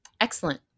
Excellent